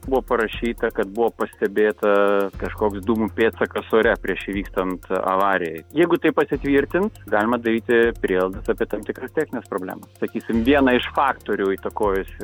buvo parašyta kad buvo pastebėta kažkoks dūmų pėdsakas ore prieš įvykstant avarijai jeigu tai pasitvirtins galima daryti prielaidas apie tam tikras technines problemas sakysim vieną iš faktorių įtakojusių